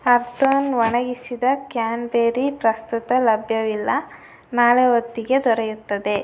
ಅರ್ತೋನ್ ಒಣಗಿಸಿದ ಕ್ಯಾನ್ಬೆರಿ ಪ್ರಸ್ತುತ ಲಭ್ಯವಿಲ್ಲ ನಾಳೆ ಹೊತ್ತಿಗೆ ದೊರೆಯುತ್ತದೆ